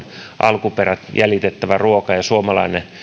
alkuperältään jäljitettävä ruoka ja suomalainen